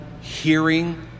hearing